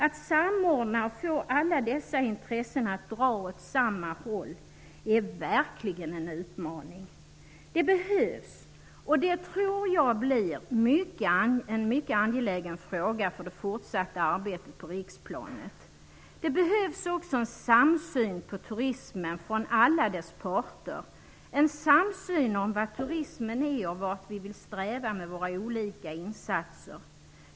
Att samordna och få alla dessa intressen att dra åt samma håll är verkligen en utmaning -- det behövs. Jag tror att det blir en mycket angelägen fråga för det fortsatta arbetet på riksplanet. Det behövs också en samsyn på turismen från alla dess parter -- en samsyn om vad turismen är och vart vi vill sträva med våra olika insatser.